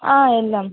ఎల్దాం